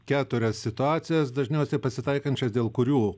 keturias situacijas dažniausiai pasitaikančias dėl kurių